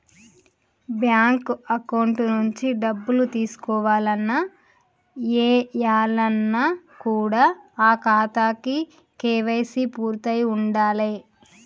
bank account నుంచి డబ్బులు తీసుకోవాలన్న, ఏయాలన్న కూడా ఆ ఖాతాకి కేవైసీ పూర్తయ్యి ఉండాలే